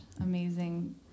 amazing